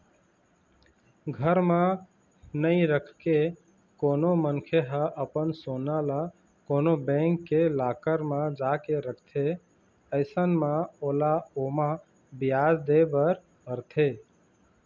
घर म नइ रखके कोनो मनखे ह अपन सोना ल कोनो बेंक के लॉकर म जाके रखथे अइसन म ओला ओमा बियाज दे बर परथे